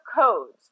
codes